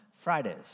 Fridays